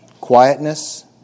quietness